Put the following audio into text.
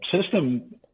system